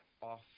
off